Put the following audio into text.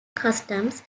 customs